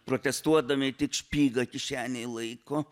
protestuodami tik špygą kišenėj laiko